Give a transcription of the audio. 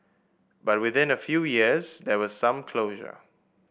but within a few years there was some closure